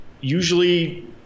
usually –